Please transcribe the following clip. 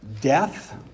Death